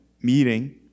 meeting